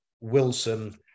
Wilson